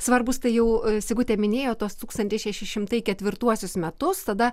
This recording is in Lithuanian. svarbūs tai jau sigutė minėjo tuos tūkstantis šeši šimtai ketvirtuosius metus tada